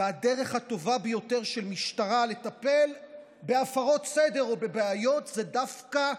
והדרך הטובה ביותר של משטרה לטפל בהפרות סדר או בבעיות זה דווקא,